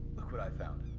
look what i found.